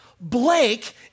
Blake